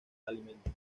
alimento